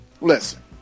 listen